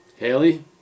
Haley